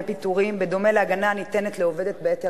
פיטורים בדומה להגנה הניתנת לעובדת בעת הריונה.